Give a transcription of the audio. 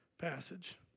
passage